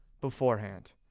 beforehand